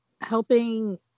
helping